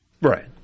Right